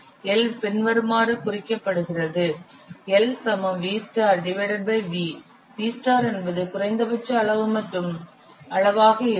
L பின்வருமாறு குறிக்கப்படுகிறது L V V V என்பது குறைந்தபட்ச அளவு மற்றும் அளவாக இருக்கும்